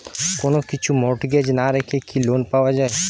কোন কিছু মর্টগেজ না রেখে কি লোন পাওয়া য়ায়?